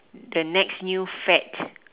the next new fad